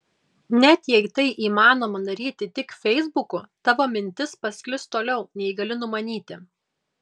net jei tai įmanoma daryti tik feisbuku tavo mintis pasklis toliau nei gali numanyti